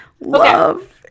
love